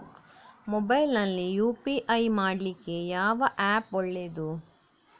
Mobile ನಲ್ಲಿ UPI ಮಾಡ್ಲಿಕ್ಕೆ ಯಾವ ಆ್ಯಪ್ ಒಳ್ಳೇದು?